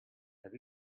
have